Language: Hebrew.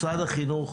משרד החינוך,